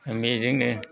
बेजोंनो